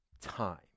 time